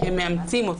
והם מאמצים אותו.